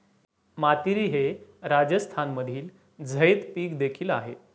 मातीरी हे राजस्थानमधील झैद पीक देखील आहे